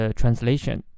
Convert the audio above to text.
translation